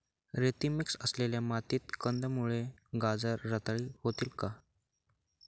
रेती मिक्स असलेल्या मातीत कंदमुळे, गाजर रताळी होतील का?